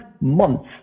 months